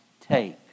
take